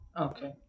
Okay